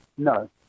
No